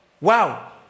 wow